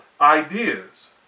ideas